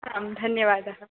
आं धन्यवादः